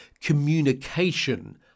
communication